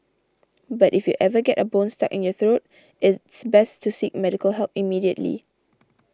but if you ever get a bone stuck in your throat it's best to seek medical help immediately